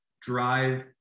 drive